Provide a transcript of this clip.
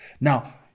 Now